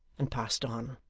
and passed on.